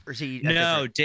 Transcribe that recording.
No